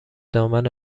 دامن